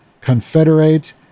confederate